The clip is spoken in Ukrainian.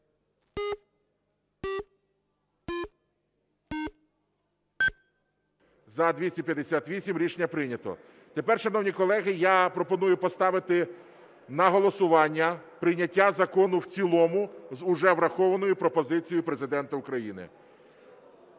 За-258 Рішення прийнято. Тепер, шановні колеги, я пропоную поставити на голосування прийняття закону в цілому з уже врахованою пропозицією Президента України.